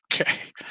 okay